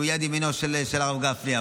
שהוא יד ימינו של הרב גפני.